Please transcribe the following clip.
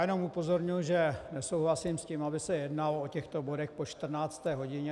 Jenom upozorňuji, že nesouhlasím s tím, aby se jednalo o těchto bodech po 14. hodině.